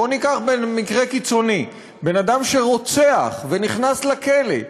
בואו ניקח מקרה קיצוני: בן-אדם שרוצח ונכנס לכלא,